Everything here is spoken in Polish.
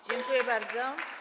Dziękuję bardzo.